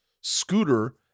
scooter